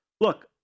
look